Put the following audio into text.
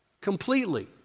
completely